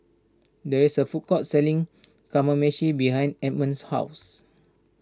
there is a food court selling Kamameshi behind Edmund's house